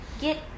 Get